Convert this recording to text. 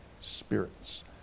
spirits